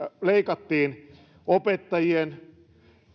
leikattiin opettajien